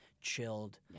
chilled